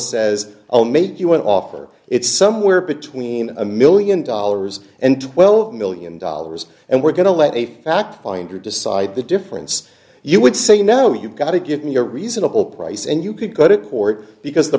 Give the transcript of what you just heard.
says oh make you an offer it's somewhere between a million dollars and twelve million dollars and we're going to let a fact finder decide the difference you would say you know you've got to give me a reasonable price and you could go to court because the